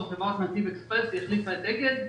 מדובר בחברת נתיב אקספרס שהחליפה את אגד.